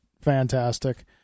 Fantastic